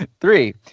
three